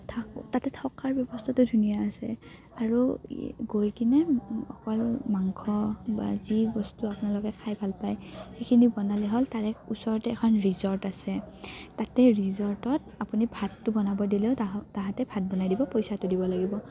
তাতে থকাৰ ব্যৱস্থাটো ধুনীয়া আছে আৰু গৈ কিনে অকল মাংস বা যি বস্তু আপোনালোকে খাই ভাল পায় সেইখিনি বনালে হ'ল তাৰে ওচৰতে এখন ৰিজৰ্ট আছে তাতে ৰিজৰ্টত আপুনি ভাতটো বনাব দিলেও তাহ তাহাঁতে ভাত বনাই দিব পইচাটো দিব লাগিব